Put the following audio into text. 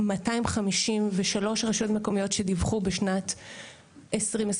ב- 253 רשויות מקומיות שדיווחו בשנת 2021,